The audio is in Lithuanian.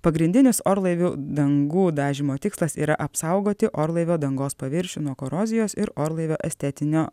pagrindinis orlaivių dangų dažymo tikslas yra apsaugoti orlaivio dangos paviršių nuo korozijos ir orlaivio estetinio